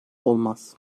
olmaz